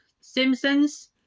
Simpsons